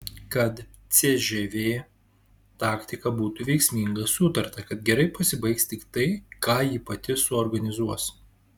kad cžv taktika būtų veiksminga sutarta kad gerai pasibaigs tik tai ką ji pati suorganizuos